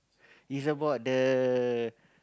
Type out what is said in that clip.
is about the